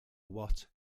what